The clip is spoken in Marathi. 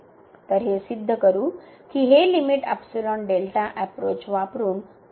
तर हे सिद्ध करू की हे लिमिट अप्रोच वापरुन पुन्हा 0 होईल